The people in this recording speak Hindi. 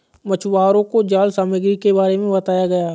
मछुवारों को जाल सामग्री के बारे में बताया गया